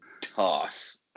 toss